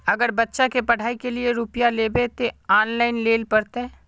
अगर बच्चा के पढ़ाई के लिये रुपया लेबे ते ऑनलाइन लेल पड़ते?